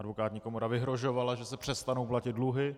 Advokátní komora vyhrožovala, že se přestanou platit dluhy.